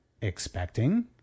Expecting